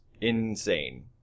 insane